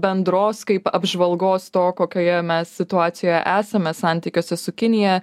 bendros kaip apžvalgos to kokioje mes situacijoje esame santykiuose su kinija